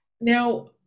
Now